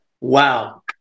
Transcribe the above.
Wow